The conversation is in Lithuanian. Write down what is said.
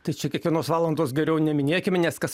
tai čiau kiekvienos valandos geriau neminėkime nes kas